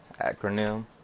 acronym